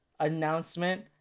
announcement